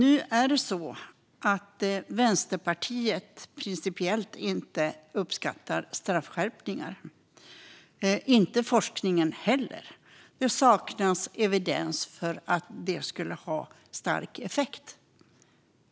Vänsterpartiet uppskattar principiellt inte straffskärpningar, inte heller forskningen. Det saknas evidens för att de skulle ha stark effekt.